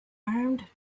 armed